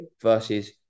versus